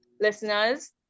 listeners